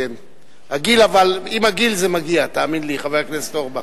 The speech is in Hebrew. עם הגיל זה מגיע, תאמין לי, חבר הכנסת אורבך.